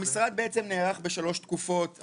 המשרד נערך בשלוש תקופות,